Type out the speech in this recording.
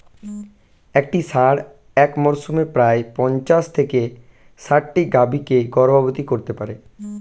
একটি ষাঁড় এক মরসুমে প্রায় পঞ্চাশ থেকে ষাটটি গাভী কে গর্ভবতী করতে পারে